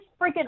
freaking